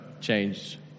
changed